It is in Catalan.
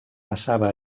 passava